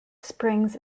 springs